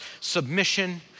submission